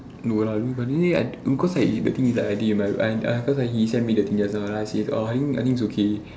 no lah but we I because like the thing but be~ because he send me the thing just now then I say oh I think I think it's okay